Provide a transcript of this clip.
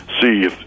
See